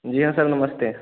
जी हाँ सर नमस्ते